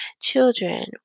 children